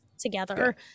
together